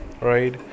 right